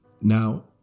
Now